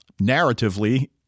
narratively